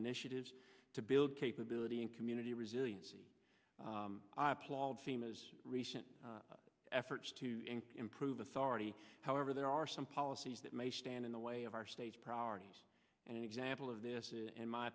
initiatives to build capability in community resiliency i applaud famous recent efforts to improve authority however there are some policies that may stand in the way of our state's priorities and an example of this is in my